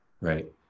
right